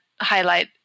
highlight